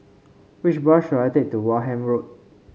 which bus should I take to Wareham Road